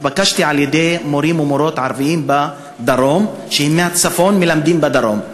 התבקשתי על-ידי מורים ומורות ערבים שהם מהצפון ומלמדים בדרום,